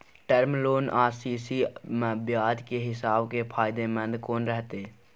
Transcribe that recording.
Term loan आ CC म ब्याज के हिसाब से फायदेमंद कोन रहते?